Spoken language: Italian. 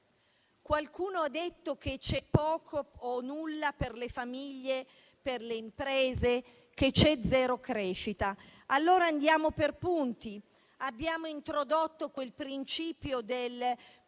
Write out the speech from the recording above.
Qualcuno ha detto che c'è poco o nulla per le famiglie, per le imprese e che c'è zero crescita. Andiamo per punti: abbiamo introdotto il principio del